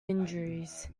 injuries